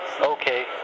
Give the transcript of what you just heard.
Okay